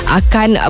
akan